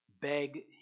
beg